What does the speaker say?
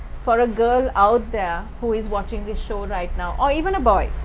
for a girl out there who is watching this show right now or even a boy,